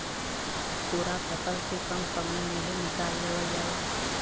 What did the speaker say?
पूरा फसल के कम समय में ही निकाल लेवल जाला